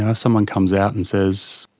ah someone comes out and says